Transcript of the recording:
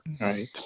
Right